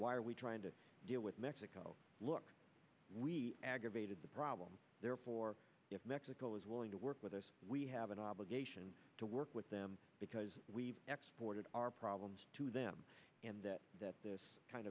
why are we trying to deal with mexico look we aggravated the problem therefore if mexico is willing to work with us we have an obligation to work with them because we export our problems to them and that that this kind